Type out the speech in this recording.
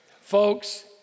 Folks